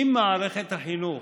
אם מערכת החינוך